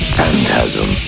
phantasm